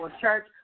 church